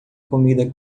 comida